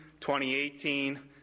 2018